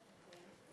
רבה.